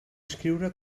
escriure